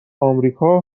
آمریکا